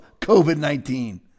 COVID-19